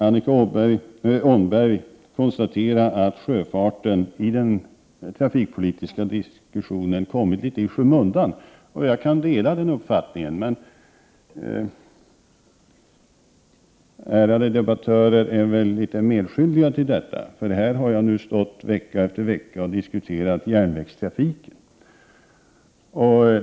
Annika Åhnberg konstaterar att sjöfarten i den trafikpolitiska diskussionen har kommit något i skymundan. Jag kan dela den uppfattningen, men de . ärade debattörerna är litet medskyldiga till detta. Här har jag nu stått vecka efter vecka och diskuterat järnvägstrafiken.